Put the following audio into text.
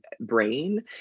brain